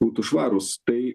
būtų švarūs tai